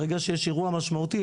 ברגע שיש אירוע משמעותי?